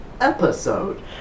episode